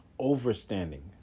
overstanding